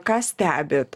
ką stebit